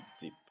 deep